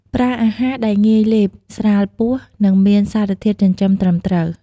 ប្រើអាហារដែលងាយលេប ស្រាលពោះ និងមានសារជាតិចិញ្ចឹមត្រឹមត្រូវ។